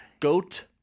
Goat